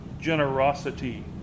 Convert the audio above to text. generosity